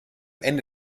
ende